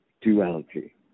Duality